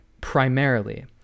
primarily